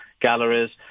galleries